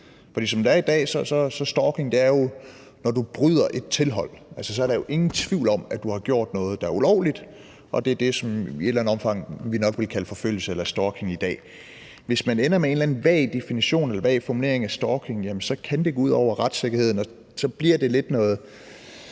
For som det er i dag, er stalking jo, når du bryder et tilhold. Så er der jo ingen tvivl om, at du har gjort noget, der er ulovligt, og det er det, som vi i dag nok i et eller andet omfang vil kalde forfølgelse eller stalking. Hvis man ender med en eller anden vag definition eller vag formulering af stalking, så kan det gå ud over retssikkerheden, og så skaber det nogle